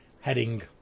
heading